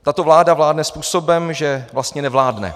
Tato vláda vládne způsobem, že vlastně nevládne.